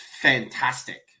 fantastic